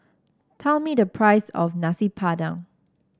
tell me the price of Nasi Padang